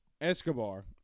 Escobar